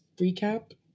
recap